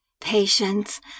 Patience